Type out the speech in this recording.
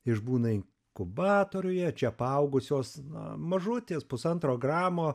išbūna inkubatoriuje čia apaugusios nuo mažutės pusantro gramo